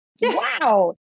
Wow